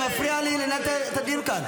חבר הכנסת אלמוג, אתה מפריע לי לנהל את הדיון כאן.